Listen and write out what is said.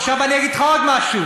עכשיו אגיד לך עוד משהו: